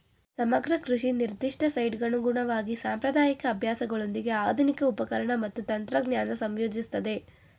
ಸಮಗ್ರ ಕೃಷಿ ನಿರ್ದಿಷ್ಟ ಸೈಟ್ಗನುಗುಣವಾಗಿ ಸಾಂಪ್ರದಾಯಿಕ ಅಭ್ಯಾಸಗಳೊಂದಿಗೆ ಆಧುನಿಕ ಉಪಕರಣ ಮತ್ತು ತಂತ್ರಜ್ಞಾನ ಸಂಯೋಜಿಸ್ತದೆ